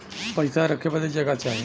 पइसा रखे बदे जगह चाही